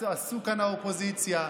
עשו כאן באופוזיציה.